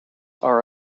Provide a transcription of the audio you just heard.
are